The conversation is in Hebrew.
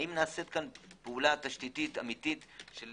האם נעשית פה פעולה תשתיתית אמיתית של